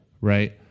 right